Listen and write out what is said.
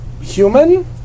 human